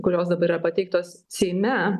kurios dabar yra pateiktos seime